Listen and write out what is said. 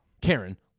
Karen